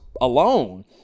alone